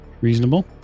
Reasonable